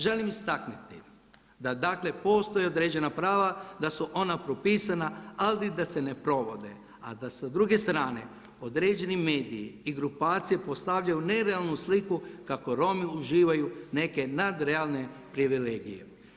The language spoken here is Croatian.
Želim istaknuti da postoje određena prava da su ona propisana ali da se ne provode, a da s druge strane određeni mediji i grupacije postavljaju nerealnu sliku kako Romi uživaju neke nadrealne privilegije.